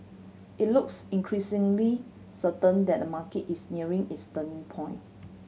it looks increasingly certain that the market is nearing its turning point